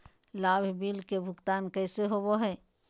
लाभ बिल के भुगतान कैसे होबो हैं?